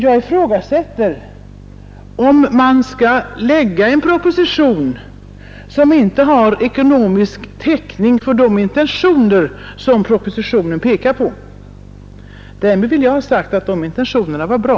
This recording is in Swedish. Jag ifrågasätter om regeringen bör lägga fram en proposition som 44 inte har ekonomisk täckning för vad propositionen syftar till. Därmed vill jag dock ha sagt att intentionerna var bra.